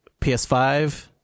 PS5